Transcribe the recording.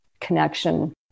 connection